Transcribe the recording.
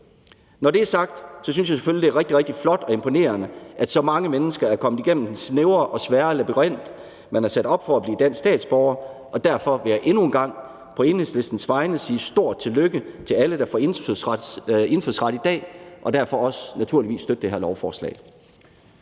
Når det er sagt, synes jeg selvfølgelig, det er rigtig, rigtig flot og imponerende, at så mange mennesker er kommet igennem den snævre og svære labyrint, man har sat op i forhold til at blive dansk statsborger, og derfor vil jeg endnu en gang på Enhedslistens vegne sige stort tillykke til alle, der får indfødsret i dag, og derfor naturligvis også støtte det her lovforslag.